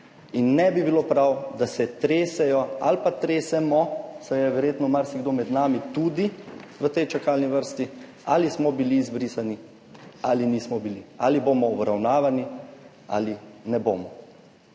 in ne bi bilo prav, da se tresejo ali pa tresemo, saj je verjetno marsikdo med nami tudi v tej čakalni vrsti, ali smo bili izbrisani ali nismo bili, ali bomo obravnavani ali ne bomo.